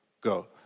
go